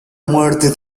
muerte